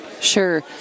Sure